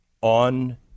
on